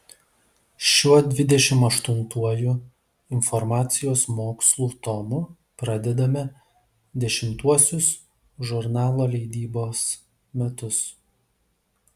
šiuo dvidešimt aštuntuoju informacijos mokslų tomu pradedame dešimtuosius žurnalo leidybos metus